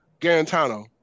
Garantano